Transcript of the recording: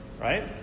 right